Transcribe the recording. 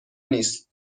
نیست